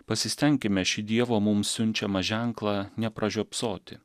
pasistenkime šį dievo mums siunčiamą ženklą nepražiopsoti